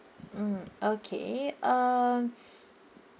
mm okay um